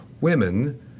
women